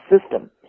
system